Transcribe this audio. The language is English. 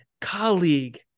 colleague